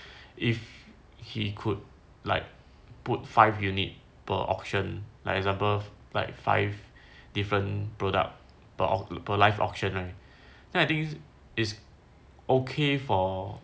if he could like put five unit per auction like example like five different product per live auction right then I think it's okay for